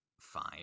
fine